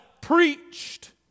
preached